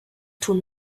tun